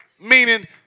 meaning